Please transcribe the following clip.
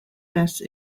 less